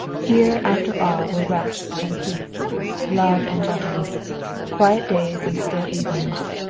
here after all were rest and peace love and gentleness quiet days and still evenings.